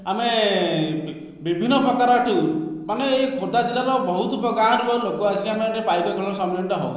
ଆମେ ବିଭିନ୍ନ ପ୍ରକାର ଏଠୁ ମାନେ ଏଇ ଖୋର୍ଦ୍ଧା ଜିଲ୍ଲାରୁ ଆଉ ବହୁତ ଗାଁରୁ ଆଉ ଲୋକ ଆସିକି ଆମ ଏଠି ପାଇକ ଖେଳର ସମ୍ମିଳନୀଟା ହେଉ